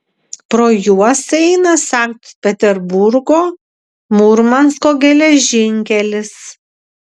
pro juos eina sankt peterburgo murmansko geležinkelis